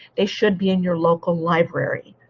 they should be in your local library.